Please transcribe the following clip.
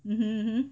hmm